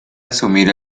asumir